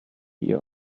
here